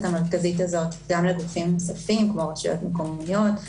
המרכזית הזאת לגופים נוספים כמו רשויות מקומיות,